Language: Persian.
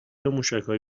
موشکهای